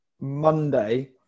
Monday